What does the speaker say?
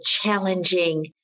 challenging